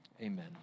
Amen